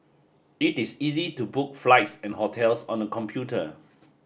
it is easy to book flights and hotels on the computer